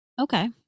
Okay